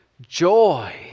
joy